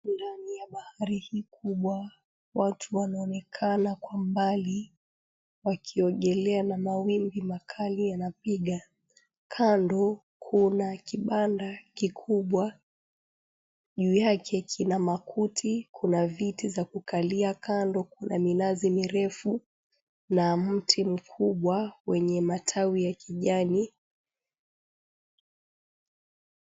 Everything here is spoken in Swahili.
Ndani ya bahari hii kubwa, watu wanaonekana kwa mbali wakiogelea, na mawimbi makali yanapiga. Kando kuna kibanda kikubwa, juu yake kina makuti, kuna viti za kukalia, kando kuna minazi mirefu na mti mkubwa kwenye matawi ya kijani.